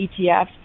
ETFs